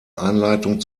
einleitung